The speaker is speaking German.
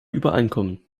übereinkommen